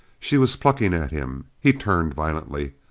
she was plucking at him. he turned violently.